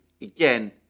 again